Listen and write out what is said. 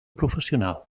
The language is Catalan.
professional